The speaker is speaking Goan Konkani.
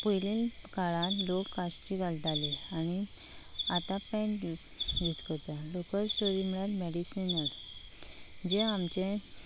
पयले काळान लोक काश्टी घालताले आनी आतां पँट यू यूज करता लोकल स्टोरी म्हणल्यार मॅडिसिनल जे आमचे